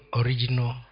original